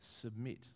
submit